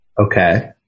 Okay